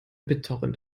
bittorrent